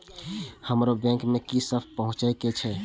हमरो बैंक में की समय पहुँचे के छै?